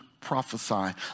prophesy